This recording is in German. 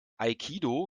aikido